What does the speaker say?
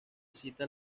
cita